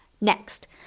Next